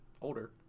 older